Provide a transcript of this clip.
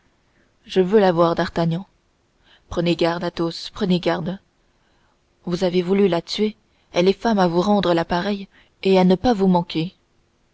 je veux la voir d'artagnan prenez garde athos prenez garde vous avez voulu la tuer elle est femme à vous rendre la pareille et à ne pas vous manquer